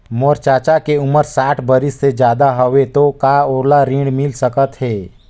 मोर चाचा के उमर साठ बरिस से ज्यादा हवे तो का ओला ऋण मिल सकत हे?